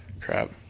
Crap